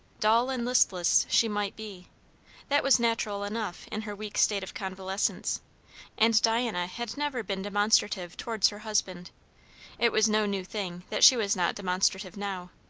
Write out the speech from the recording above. dull and listless she might be that was natural enough in her weak state of convalescence and diana had never been demonstrative towards her husband it was no new thing that she was not demonstrative now.